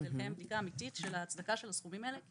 כדי לקיים בדיקה אמיתית של ההצדקה של הסכומים האלה.